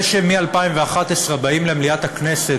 זה שמ-2011 באים למליאת הכנסת,